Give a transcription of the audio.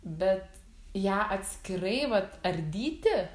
bet ją atskirai vat ardyti